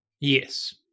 Yes